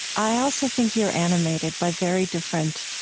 i also think you're animated by very different,